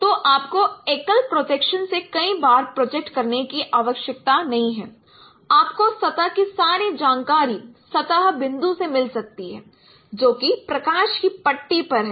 तो आपको एकल प्रोजेक्शन से कई बार प्रोजेक्ट करने की आवश्यकता नहीं है आपको सतह की सारी जानकारी सतह बिंदु से मिल सकती है जोकि प्रकाश की पट्टी पर है